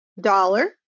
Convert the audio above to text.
dollar